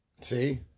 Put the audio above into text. See